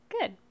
Good